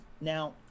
Now